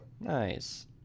Nice